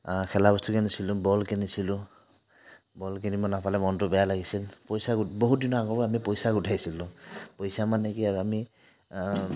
খেলাবস্তু কিনিছিলোঁ বল কিনিছিলোঁ বল কিনিব নাপালে মনটো বেয়া লাগিছিল পইচা বহুত দিনৰ আগৰ পৰা আমি পইচা গোটাইছিলোঁ পইচা মানে কি আৰু আমি